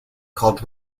called